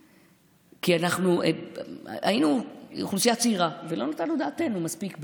כי היינו אוכלוסייה צעירה ולא נתנו את דעתנו מספיק בתמיכות.